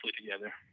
together